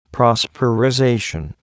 Prosperization